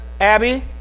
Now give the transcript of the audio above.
Abby